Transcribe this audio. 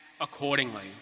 accordingly